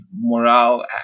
morale